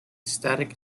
static